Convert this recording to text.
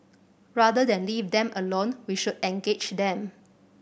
rather than leave them alone we should engage then